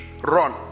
Run